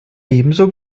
ebenso